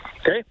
Okay